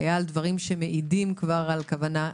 שזה היה על דברים שמעידים כבר על כוונה.